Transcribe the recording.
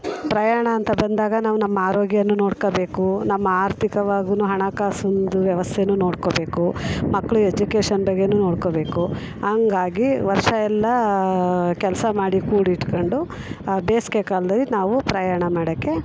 ಪ್ರಯಾಣ ಅಂತ ಬಂದಾಗ ನಾವು ನಮ್ಮ ಆರೋಗ್ಯವೂ ನೋಡ್ಕೊಳ್ಬೇಕು ನಮ್ಮ ಆರ್ಥಿಕವಾಗಿಯೂ ಹಣಕಾಸೊಂದು ವ್ಯವಸ್ಥೆನು ನೋಡ್ಕೊಳ್ಬೇಕು ಮಕ್ಕಳು ಎಜುಕೇಷನ್ ಬಗ್ಗೆಯೂ ನೋಡ್ಕೊಳ್ಬೇಕು ಹಂಗಾಗಿ ವರ್ಷ ಎಲ್ಲ ಕೆಲಸ ಮಾಡಿ ಕೂಡಿಟ್ಕೊಂಡು ಆ ಬೇಸ್ಗೆ ಕಾಲದಲ್ಲಿ ನಾವು ಪ್ರಯಾಣ ಮಾಡೋಕ್ಕೆ